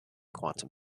quantum